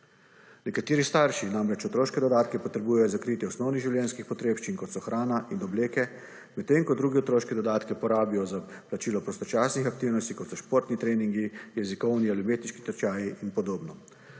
Nekateri starši namreč otroške dodatke potrebujejo za kritje osnovnih življenjskih potrebščin kot so hrana in obleke, medtem ko drugi otroške dodatke porabijo za plačilo prostočasnih aktivnosti kot so športni treningi, jezikovni ali umetniški tečaji in podobno.